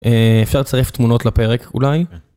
אפשר לצרף תמונות לפרק אולי?